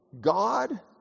God